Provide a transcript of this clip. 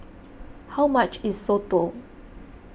how much is Soto